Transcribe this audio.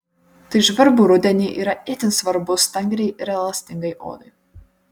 tai žvarbų rudenį yra itin svarbus stangriai ir elastingai odai